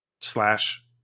slash